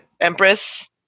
Empress